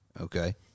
Okay